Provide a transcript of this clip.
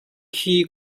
khi